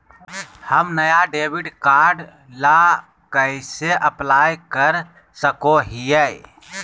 हम नया debit card ला कइसे अप्लाई कर सको हियै?